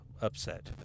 Upset